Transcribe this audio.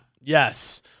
yes